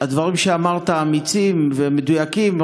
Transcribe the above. הדברים שאמרת אמיצים ומדויקים,